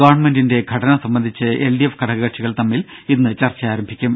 ഗവൺമെന്റിന്റെ ഘടന സംബന്ധിച്ച് എൽഡിഎഫ് ഘടക കക്ഷികൾ തമ്മിൽ ഇന്ന് ചർച്ച ആരംഭിക്കും